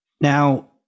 Now